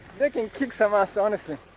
they can kick some ass, honestly.